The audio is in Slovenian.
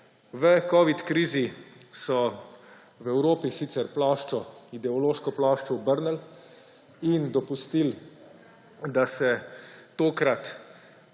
V covidni krizi so v Evropi sicer ideološko ploščo obrnili in dopustili, da se tokrat